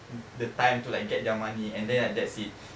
the the time to like get their money and then right that's it